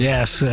Yes